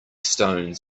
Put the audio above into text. stones